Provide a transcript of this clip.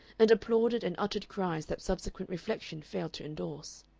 and applauded and uttered cries that subsequent reflection failed to endorse.